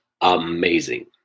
amazing